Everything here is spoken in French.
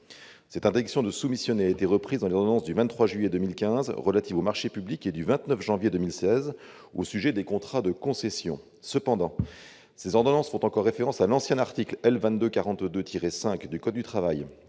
Cette interdiction de soumissionner a été reprise dans l'ordonnance du 23 juillet 2015 relative aux marchés publics et dans l'ordonnance du 29 janvier 2016 relative aux contrats de concession. Cependant, ces ordonnances font encore référence à l'ancien article L. 2242-5 du code du travail.